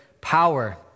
power